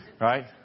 Right